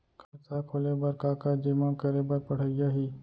खाता खोले बर का का जेमा करे बर पढ़इया ही?